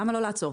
למה לא לעצור?